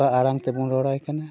ᱚᱠᱟ ᱟᱲᱟᱝ ᱛᱮᱵᱚᱱ ᱨᱚᱲᱟᱭ ᱠᱟᱱᱟ